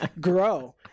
grow